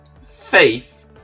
faith